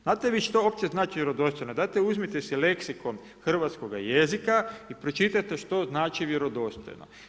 Znate li vi što opće znači vjerodostojno dajete uzmite si leksikon hrvatskoga jezika i pročitajte što znači vjerodostojno.